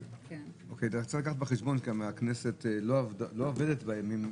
צריך להביא בחשבון שהכנסת לא עבדה בימים האלה,